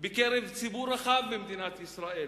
בקרב ציבור רחב במדינת ישראל,